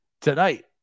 tonight